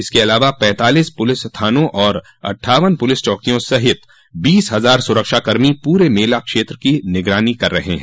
इसके अलावा पैंतालीस पुलिस थानों और अट्ठावन पुलिस चौकियों सहित बीस हजार सुरक्षाकर्मी पूरे मेला क्षेत्र की निगरानी कर रहे हैं